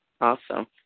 Awesome